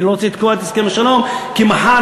אני לא רוצה לתקוע את הסכם השלום כי מחר,